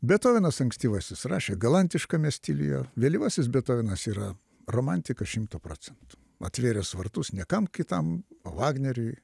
betovenas ankstyvasis rašė galantiškame stiliuje vėlyvasis betovenas yra romantika šimtu procentų atvėręs vartus ne kam kitam o vagneriui